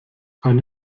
eine